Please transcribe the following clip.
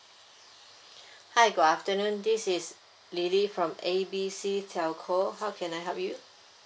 hi good afternoon this is lily from A B C telco how can I help you